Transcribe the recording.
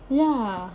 ya